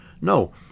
No